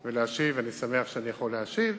ולהשיב, ואני שמח שאני יכול להשיב.